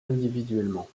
individuellement